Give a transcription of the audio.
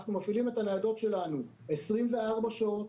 אנחנו מפעילים את הניידות שלנו 24 שעות,